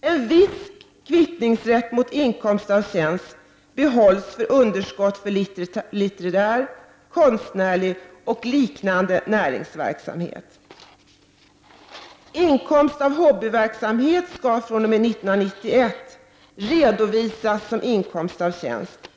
En viss kvittningsrätt mot inkomst av tjänst behålls för underskott av litterär, konstnärlig och liknande näringsverksamhet. Inkomst av hobbyverksamhet skall fr.o.m. 1991 redovisas som inkomst av tjänst.